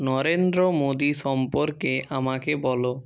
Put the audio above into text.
নরেন্দ্র মোদী সম্পর্কে আমাকে বলো